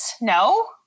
no